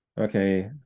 Okay